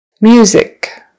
Music